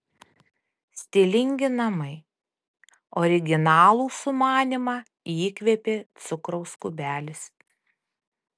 stilingi namai originalų sumanymą įkvėpė cukraus kubelis